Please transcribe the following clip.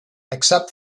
except